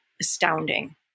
astounding